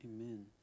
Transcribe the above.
Amen